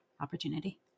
opportunity